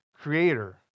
creator